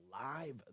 live